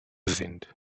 sind